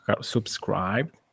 subscribed